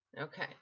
Okay